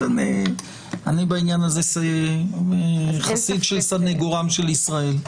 בעניין הזה אני חסיד של סנגורם של ישראל.